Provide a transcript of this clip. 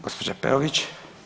Gospođa Peović.